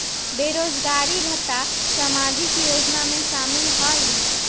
बेरोजगारी भत्ता सामाजिक योजना में शामिल ह ई?